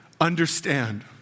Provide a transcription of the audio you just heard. understand